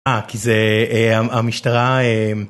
אה, כי זה... המשטרה...